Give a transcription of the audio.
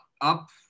up